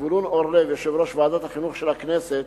זבולון אורלב, יושב-ראש ועדת החינוך של הכנסת,